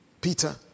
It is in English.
Peter